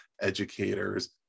educators